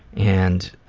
and